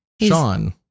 Sean